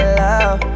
love